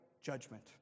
judgment